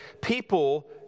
people